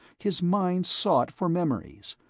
his mind sought for memories,